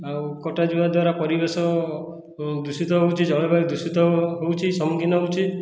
ଆଉ କଟା ଯିବା ଦ୍ୱାରା ପରିବେଶ ଦୂଷିତ ହେଉଛି ଜଳବାୟୁ ଦୂଷିତ ହେଉଛି ସମ୍ମୁଖୀନ ହେଉଛି